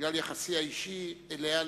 בגלל יחסי האישי אליה,